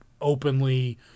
openly